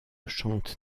chante